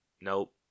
nope